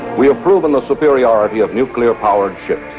we have proven the superiority of nuclear powered ships.